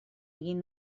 egin